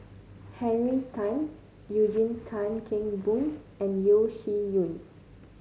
Henry Tan Eugene Tan Kheng Boon and Yeo Shih Yun